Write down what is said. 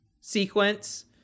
sequence